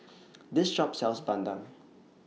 This Shop sells Bandung